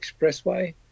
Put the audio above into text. expressway